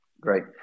Great